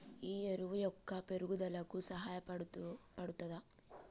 ఈ ఎరువు మొక్క పెరుగుదలకు సహాయపడుతదా?